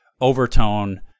overtone